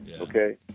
okay